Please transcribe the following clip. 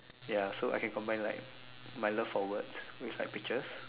ya so I can combine like my love for words with like pictures